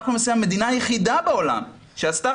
אנחנו למעשה המדינה היחידה בעולם שעשתה